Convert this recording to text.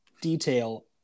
detail